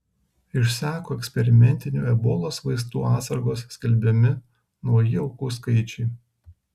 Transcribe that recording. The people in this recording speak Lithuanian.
išseko eksperimentinių ebolos vaistų atsargos skelbiami nauji aukų skaičiai